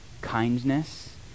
kindness